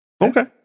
Okay